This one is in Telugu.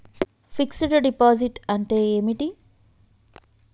ఫిక్స్ డ్ డిపాజిట్ అంటే ఏమిటి?